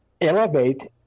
elevate